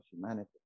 humanity